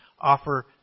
offer